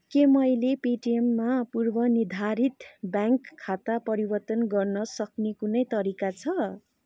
के मैले पेटिएममा पूर्वनिर्धारित ब्याङ्क खाता परिवर्तन गर्न सक्ने कुनै तरिका छ